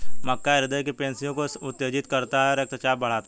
मक्का हृदय की पेशियों को उत्तेजित करता है रक्तचाप बढ़ाता है